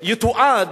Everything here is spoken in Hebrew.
שיתועד.